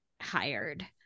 hired